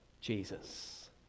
Jesus